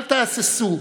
אל תהססו.